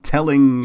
Telling